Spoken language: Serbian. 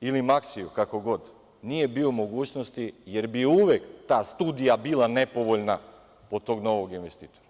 ili „Maksiju“, kako god, nije bio u mogućnosti jer bi uvek ta studija bila nepovoljna po tog novog investitora.